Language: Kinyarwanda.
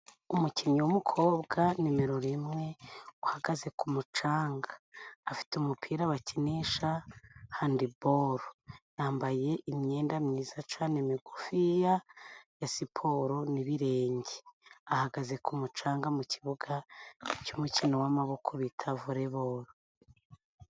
Umukinnyi w'umukobwa nimero rimwe uhagaze ku mucanga afite umupira bakinisha handball yambaye imyenda myiza cane migufi ya siporo nibirenge ahagaze ku mucanga mukibuga cy'umukino w'amaboko bita volley ball.